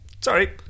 Sorry